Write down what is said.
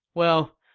well,